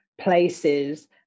places